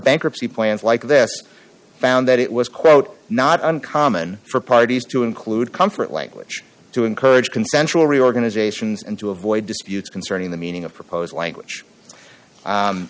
bankruptcy plans like this found that it was quote not uncommon for parties to include comfort language to encourage consensual reorganizations and to avoid disputes concerning the meaning of proposed language